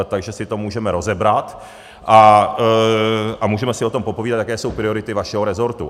Takže si to můžeme rozebrat a můžeme si o tom popovídat, jaké jsou priority vašeho rezortu.